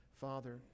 Father